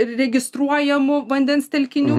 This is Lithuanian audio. registruojamų vandens telkinių